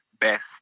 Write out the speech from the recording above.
best